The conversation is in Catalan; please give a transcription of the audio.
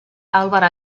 albert